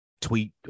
tweet